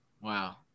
Wow